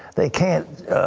they can't